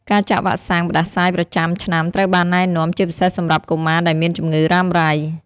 ការចាក់វ៉ាក់សាំងផ្តាសាយប្រចាំឆ្នាំត្រូវបានណែនាំ ជាពិសេសសម្រាប់កុមារដែលមានជំងឺរ៉ាំរ៉ៃ។